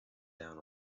down